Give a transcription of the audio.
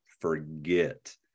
forget